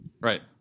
Right